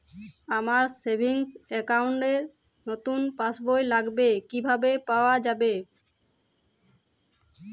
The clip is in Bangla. আমার সেভিংস অ্যাকাউন্ট র নতুন পাসবই লাগবে, কিভাবে পাওয়া যাবে?